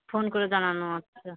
phone করে জানানো আচ্ছা